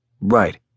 Right